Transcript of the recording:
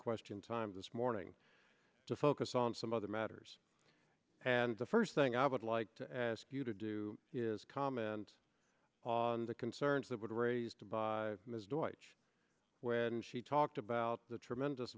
question time this morning to focus on some other matters and the first thing i would like to ask you to do is comment on the concerns that were raised by ms deutsch when she talked about the tremendous